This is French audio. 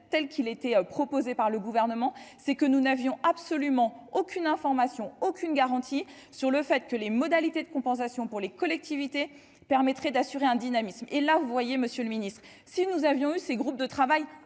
telle qu'il était proposé par le gouvernement, c'est que nous n'avions absolument aucune information, aucune garantie sur le fait que les modalités de compensation pour les collectivités, permettrait d'assurer un dynamisme et là vous voyez, Monsieur le Ministre, si nous avions eu ces groupes de travail